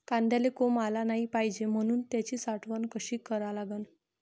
कांद्याले कोंब आलं नाई पायजे म्हनून त्याची साठवन कशी करा लागन?